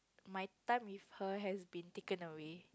my time if her has been taken away